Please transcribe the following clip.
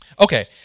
Okay